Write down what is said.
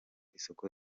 isoko